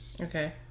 Okay